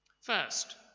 First